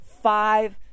five